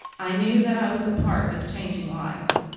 i knew that i was a part of changing lives.